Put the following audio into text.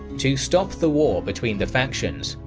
to stop the war between the factions,